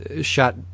shot